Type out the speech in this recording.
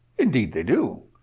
indeed they do,